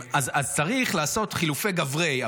אז צריך לעשות חילופי גברי.